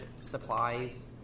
supplies